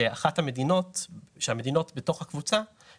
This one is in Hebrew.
ובלבד שהמנהל קיבל דוח כאמור.